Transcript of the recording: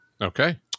Okay